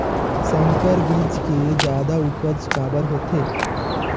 संकर बीज के जादा उपज काबर होथे?